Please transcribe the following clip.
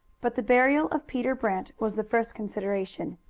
but the burial of peter brant was the first consideration.